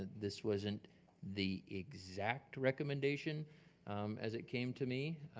ah this wasn't the exact recommendation as it came to me.